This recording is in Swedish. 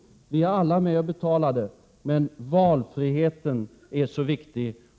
Vi är alla med och betalar det, men valfriheten är ju så oerhört viktig.